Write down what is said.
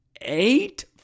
eight